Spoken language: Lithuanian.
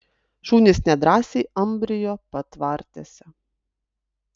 šunys nedrąsiai ambrijo patvartėse